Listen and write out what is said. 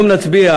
היום נצביע